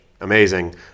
Amazing